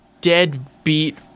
deadbeat